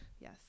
Yes